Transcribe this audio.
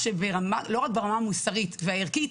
לא רק ברמה המוסרית והערכית,